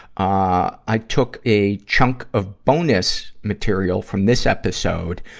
ah i took a chunk of bonus material from this episode,